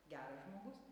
geras žmogus